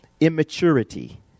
Immaturity